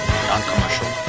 non-commercial